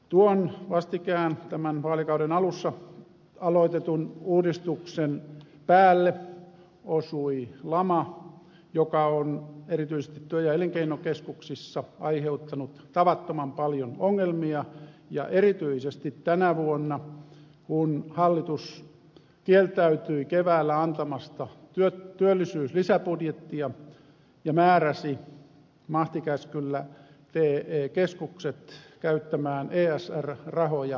tuon vastikään tämän vaalikauden alussa aloitetun uudistuksen päälle osui lama joka on erityisesti työ ja elinkeinokeskuksissa aiheuttanut tavattoman paljon ongelmia ja erityisesti tänä vuonna kun hallitus kieltäytyi keväällä antamasta työllisyyslisäbudjettia ja määräsi mahtikäskyllä te keskukset käyttämään esr rahoja työllisyyshankkeisiin